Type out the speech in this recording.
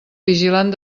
vigilant